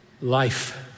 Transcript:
life